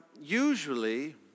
usually